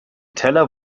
teller